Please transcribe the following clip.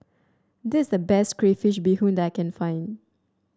this is the best Crayfish Beehoon that I can find